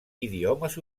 idiomes